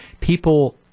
people